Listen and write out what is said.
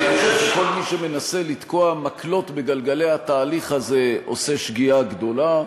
אני חושב שכל מי שמנסה לתקוע מקלות בגלגלי התהליך הזה עושה שגיאה גדולה.